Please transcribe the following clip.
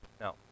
now